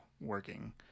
working